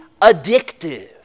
addictive